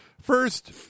First